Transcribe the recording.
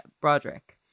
Broderick